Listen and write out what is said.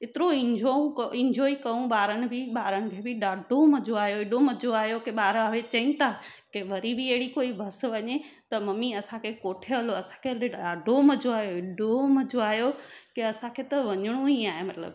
एतिरो इंजॉऊं इंजॉय कयूं ॿारनि बि ॿारनि खे बि ॾाढो मज़ो आहियो अहिड़ो मज़ो आहियो की ॿार अवे चई ता की वरी बि अहिड़ी कोई बस वञे त मम्मी असांखे कोठे हलो असांखे बि ॾाढो मज़ो आहियो अहिड़ो मज़ो आहियो की असांखे त वञिणो ई आहे मतिलबु